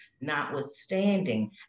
Notwithstanding